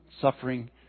suffering